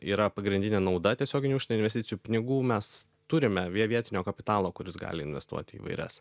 yra pagrindinė nauda tiesioginių užsienio investicijų pinigų mes turime vietinio kapitalo kuris gali investuoti į įvairias